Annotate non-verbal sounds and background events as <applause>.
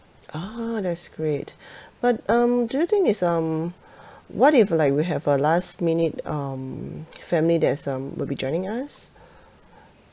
ha that's great <breath> but um do you think is um <breath> what if like we have a last minute um family that's um would be joining us <breath>